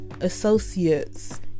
associates